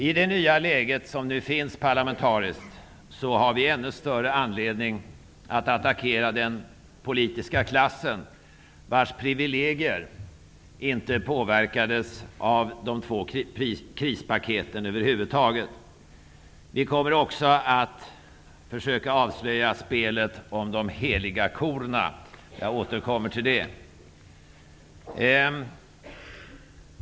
I det nya parlamentariska läget har vi ännu större anledning att attackera den politiska klassen, vars privilegier inte påverkades av de två krispaketen över huvud taget. Vi kommer också att försöka avslöja spelet om de heliga korna. Jag återkommer till det.